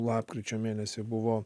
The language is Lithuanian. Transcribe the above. lapkričio mėnesį buvo